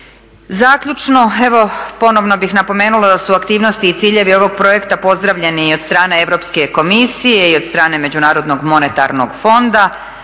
Zaključno, evo, ponovo bih napomenula da su aktivnosti i ciljevi ovog projekta pozdravljeni i od strane Europske komisije i od strane Međunarodnog monetarnog fonda,